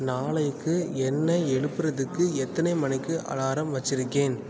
நாளைக்கு என்னை எழுப்புகிறதுக்கு எத்தனை மணிக்கு அலாரம் வச்சுருக்கேன்